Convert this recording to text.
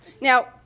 Now